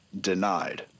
denied